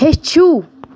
ہیٚچھِو